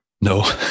no